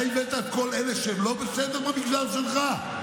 אתה הבאת את כל אלה שהם לא בסדר במגזר שלך?